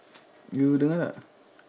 you dengar tak